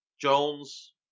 Jones